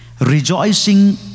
Rejoicing